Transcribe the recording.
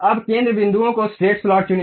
अब केंद्र बिंदुओं को स्ट्रेट स्लॉट चुनें